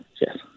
Yes